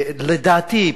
ולדעתי,